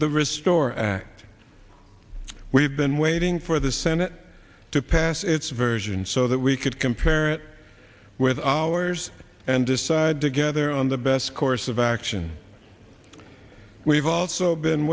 the restore act we've been waiting for the senate to pass its version so that we could compare it with ours and decide together on the best course of action we've also been